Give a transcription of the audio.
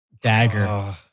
Dagger